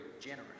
generous